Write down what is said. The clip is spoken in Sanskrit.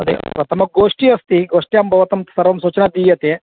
तदेव प्रथमगोष्ठी अस्ति गोष्ठ्यां भवतः सर्वं सूचनां दीयते